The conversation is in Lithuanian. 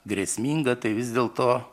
grėsminga tai vis dėl to